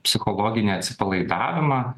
psichologinį atsipalaidavimą